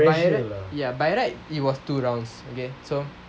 by right ya by right it was two rounds okay so